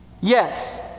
Yes